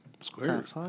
Squares